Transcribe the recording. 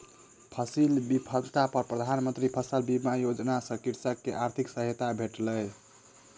फसील विफलता पर प्रधान मंत्री फसल बीमा योजना सॅ कृषक के आर्थिक सहायता भेटलै